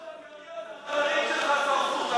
את טובא-זנגרייה זה החברים שלך שרפו.